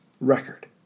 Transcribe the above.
record